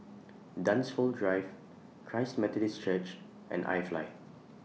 Dunsfold Drive Christ Methodist Church and IFly